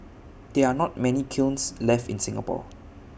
there are not many kilns left in Singapore